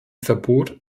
verbot